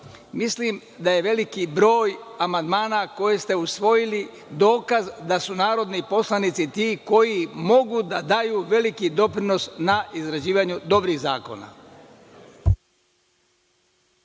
mislim da je veliki broj amandmana koje ste usvojili dokaz da su narodni poslanici ti koji mogu da daju veliki doprinos na izrađivanju dobrih zakona.